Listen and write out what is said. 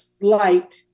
light